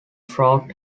fraud